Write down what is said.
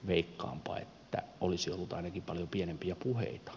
veikkaanpa että olisi ollut ainakin paljon pienempiä puheita